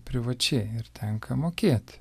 privačiai ir tenka mokėti